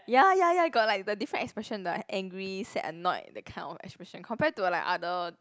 ya ya ya got like the different expression like angry sad annoyed that kind of expression compare to like other